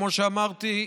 כמו שאמרתי,